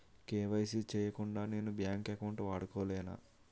KYC చేయకుండా నేను bank account వాడుకొలేన?